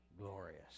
glorious